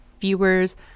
viewers